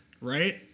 right